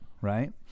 Right